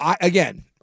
Again